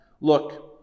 Look